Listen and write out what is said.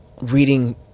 reading